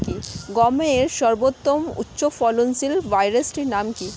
গমের সর্বোত্তম উচ্চফলনশীল ভ্যারাইটি নাম কি?